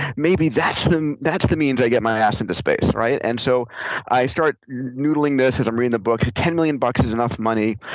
maybe that's the that's the means i get my ass into space. and so i start noodling this as um reading the book. ten million bucks is enough money.